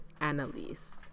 Annalise